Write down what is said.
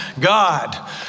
God